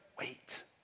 wait